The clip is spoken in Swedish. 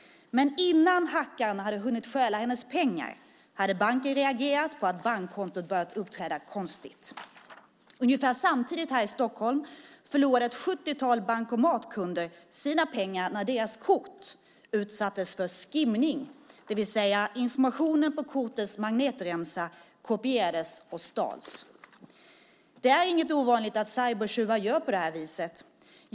Men innan hackaren hade hunnit stjäla hennes pengar hade banken reagerat på att bankkontot börjat uppträda konstigt. Ungefär samtidigt förlorade ett 70-tal bankomatkunder i Stockholm sina pengar när deras kort utsattes för skimning, det vill säga informationen på kortets magnetremsa kopierades och stals. Det är inget ovanligt att cybertjuvar gör på det viset.